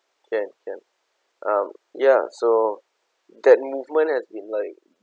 can can um ya so that movement has been like